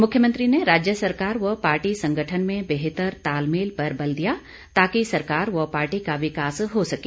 मुख्यमंत्री ने राज्य सरकार व पार्टी संगठन में बेहतर तालमेल पर बल भी दिया ताकि सरकार व पार्टी का विकास हो सके